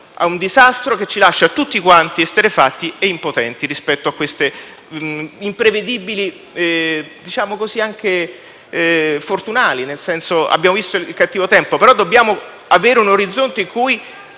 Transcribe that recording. di un disastro che ci lascia tutti quanti esterrefatti e impotenti rispetto a questi imprevedibili fortunali. Abbiamo visto il cattivo tempo, però dobbiamo avere un orizzonte in cui